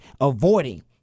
avoiding